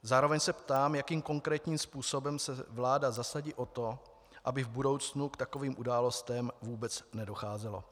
Zároveň se ptám, jakým konkrétním způsobem se vláda zasadí o to, aby v budoucnu k takovým událostem vůbec nedocházelo.